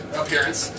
appearance